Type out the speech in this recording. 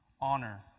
Honor